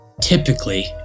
Typically